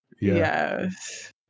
Yes